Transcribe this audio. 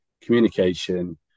communication